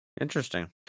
interesting